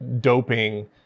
doping